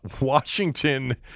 Washington